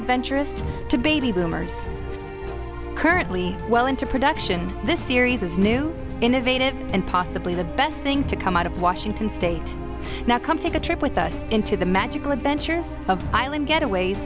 adventure to baby boomers currently well into production this series is new innovative and possibly the best thing to come out of washington state now come take a trip with us into the magical adventures of island getaways